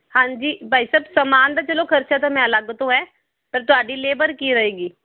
ਹਾਂਜੀ ਭਾਈ ਸਾਹਿਬ ਸਮਾਨ ਦਾ ਚਲੋ ਖਰਚਾ ਤਾਂ ਮੈਂ ਅਲੱਗ ਤੋਂ ਹੈ ਪਰ ਤੁਹਾਡੀ ਲੇਬਰ ਕੀ ਰਹੇਗੀ